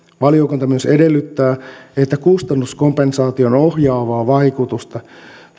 valiokunta myös edellyttää että kustannuskompensaation ohjaavaa vaikutusta